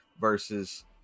versus